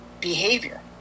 behavior